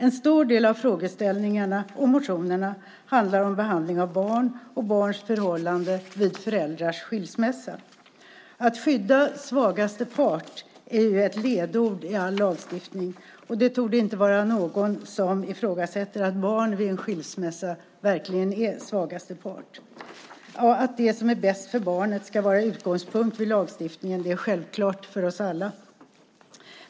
En stor del av frågeställningarna och motionerna handlar om behandlingen av barn och barns förhållanden vid föräldrars skilsmässa. Att skydda den svagaste parten är ledord i all lagstiftning. Och det torde inte vara någon som ifrågasätter att barn vid en skilsmässa verkligen är den svagaste parten. Att det som är bäst för barnet ska vara utgångspunkten i lagstiftningen är självklart för oss alla.